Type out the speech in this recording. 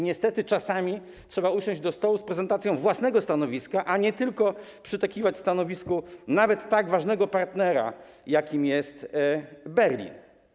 Niestety czasami trzeba usiąść do stołu z prezentacją własnego stanowiska, a nie tylko przytakiwać w sprawie stanowiska nawet tak ważnego partnera, jakim jest Berlin.